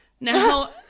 Now